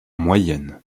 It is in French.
moyenne